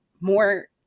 more